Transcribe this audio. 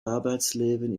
arbeitsleben